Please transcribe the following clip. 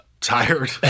tired